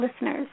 listeners